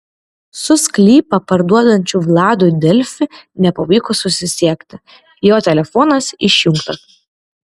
su sklypą parduodančiu vladu delfi nepavyko susisiekti jo telefonas išjungtas